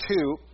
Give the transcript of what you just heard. two